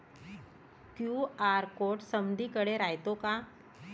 QR code समदीकडे रायतो का?